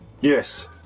Yes